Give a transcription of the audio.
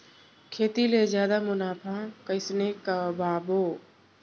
खेती ले जादा मुनाफा कइसने कमाबो?